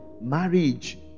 marriage